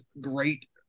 great